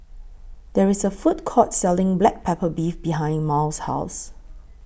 There IS A Food Court Selling Black Pepper Beef behind Mal's House